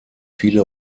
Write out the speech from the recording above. viele